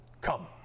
come